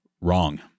wrong